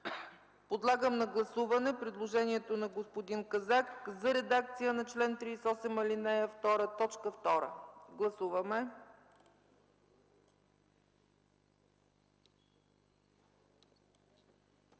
Подлагам на гласуване предложението на господин Казак за редакция на чл. 38, ал. 2, т. 2. Гласуваме.